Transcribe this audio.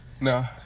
No